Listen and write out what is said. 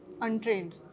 Untrained